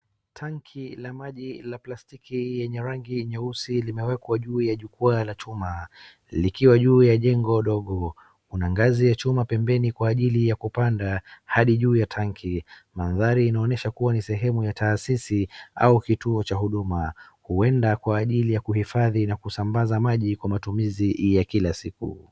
Tanki la maji la plastiki yenye rangi nyeusi limewekwa juu ya jukwaa la chuma likwa juu ya jengo ndogo. Kuna ngazi ya chuma pembeni kwa ajili ya kupanda hadi juu ya tanki. Mandhari inaonesha kuwa ni sehemu ya taasisi au kituo cha huduma huenda kwa ajili ya kuhifadhi na kusambaza maji kwa matumizi ya kila siku.